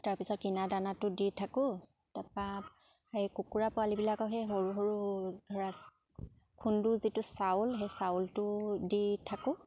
তাৰপিছত কিনা দানাটো দি থাকোঁ তাপা সেই কুকুৰা পোৱালিবিলাকক সেই সৰু সৰু ধৰা খুন্দু যিটো চাউল সেই চাউলটো দি থাকোঁ